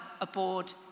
aboard